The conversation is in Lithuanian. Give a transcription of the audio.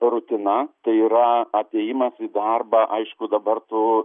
rutina tai yra apie ėjimą į darbą aišku dabar tų